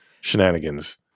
shenanigans